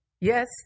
Yes